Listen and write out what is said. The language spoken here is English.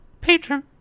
patron